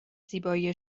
زیبایی